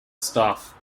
staff